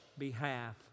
behalf